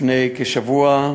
לפני כשבוע,